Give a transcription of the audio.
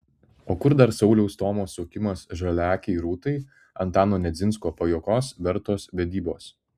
o kur dar sauliaus stomos suokimas žaliaakei rūtai antano nedzinsko pajuokos vertos vedybos